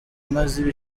maze